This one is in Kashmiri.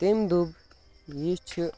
تٔمۍ دوٚپ یہِ چھِ